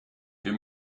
wir